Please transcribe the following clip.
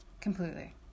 Completely